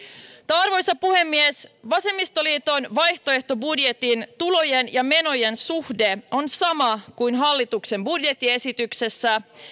arvoisa puhemies vasemmistoliiton vaihtoehtobudjetin tulojen ja menojen suhde on sama kuin hallituksen budjettiesityksessä